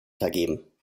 vergeben